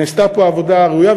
נעשתה פה עבודה ראויה,